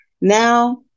Now